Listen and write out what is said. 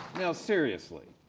now seriously,